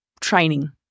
training